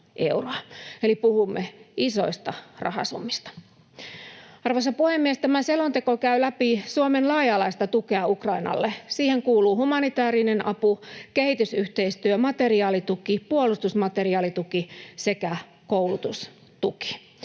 eli puhumme isoista rahasummista. Arvoisa puhemies! Tämä selonteko käy läpi Suomen laaja-alaista tukea Ukrainalle. Siihen kuuluvat humanitäärinen apu, kehitysyhteistyömateriaalituki, puolustusmateriaalituki sekä koulutustuki,